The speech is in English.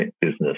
business